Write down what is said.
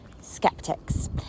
skeptics